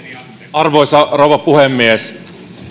arvoisa rouva puhemies